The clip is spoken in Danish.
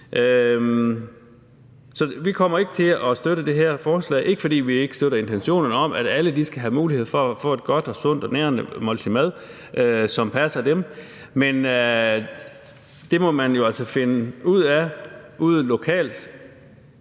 vi kommer ikke til at støtte det her forslag, og det er ikke, fordi vi ikke støtter intentionerne om, at alle skal have mulighed for at få et godt og sundt og nærende måltid mad, som passer dem, men det må man jo altså finde ud af derude lokalt,